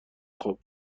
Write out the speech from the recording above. خوب